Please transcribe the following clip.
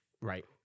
Right